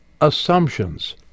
assumptions